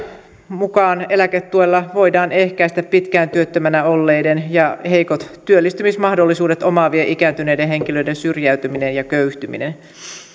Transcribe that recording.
mukaan eläketuella voidaan ehkäistä pitkään työttömänä olleiden ja heikot työllistymismahdollisuudet omaavien ikääntyneiden henkilöiden syrjäytyminen ja köyhtyminen